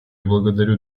благодарю